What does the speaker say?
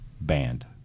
Banned